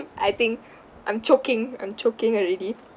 I think I'm choking I'm choking already